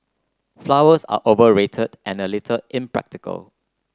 flowers are overrated and a little impractical